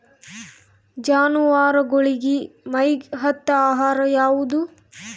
ಜಾನವಾರಗೊಳಿಗಿ ಮೈಗ್ ಹತ್ತ ಆಹಾರ ಯಾವುದು?